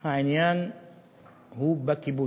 העניין הוא בכיבוש.